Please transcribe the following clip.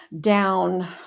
down